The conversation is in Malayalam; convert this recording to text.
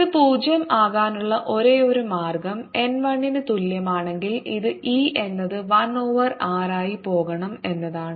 ഇത് 0 ആകാനുള്ള ഒരേയൊരു മാർഗ്ഗം n 1 ന് തുല്യമാണെങ്കിൽ ഇത് E എന്നത് 1 ഓവർ r ആയി പോകണം എന്നാണ്